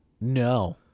no